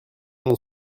mon